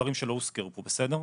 דברים שלא הוזכרו פה, בסדר?